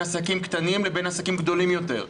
עסקים קטנים לבין עסקים גדולים יותר.